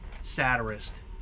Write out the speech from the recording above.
satirist